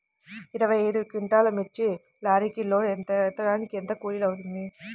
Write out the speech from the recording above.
ఇరవై ఐదు క్వింటాల్లు మిర్చి లారీకి లోడ్ ఎత్తడానికి ఎంత కూలి అవుతుంది?